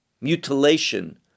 mutilation